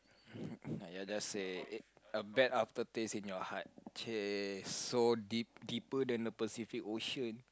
!aiya! just say a bad aftertaste in your heart chey so deep deeper than the Pacific Ocean